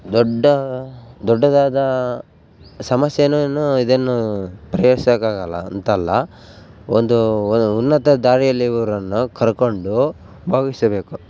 ದೊಡ್ಡ ದೊಡ್ಡದಾದ ಸಮಸ್ಯೆಯನ್ನು ಇನ್ನು ಇದಿನ್ನೂ ಪರಿಹರ್ಸೋಕಾಗೋಲ್ಲ ಅಂತ ಅಲ್ಲ ಒಂದು ಉನ್ನತ ದಾರಿಯಲ್ಲಿ ಇವ್ರನ್ನು ಕರ್ಕೊಂಡು ಭಾಗವಹಿಸಬೇಕು